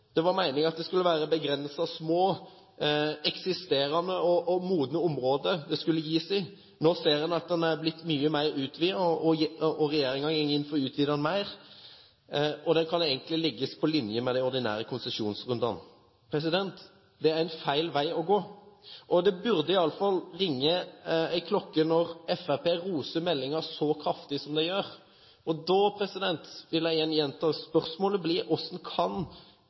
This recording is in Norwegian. Det var meningen at det skulle være begrensede, små, eksisterende og modne områder det skulle gis tillatelser i, men nå ser man at den er blitt mye mer utvidet, og regjeringen går inn for å utvide den mer. Dette kan egentlig legges på linje med de ordinære konsesjonsrundene. Dette er feil vei å gå. Det burde i alle fall ringe en klokke når Fremskrittspartiet roser meldingen så kraftig som de gjør. Da vil jeg gjenta spørsmålet: Hvordan kan